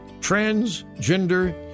Transgender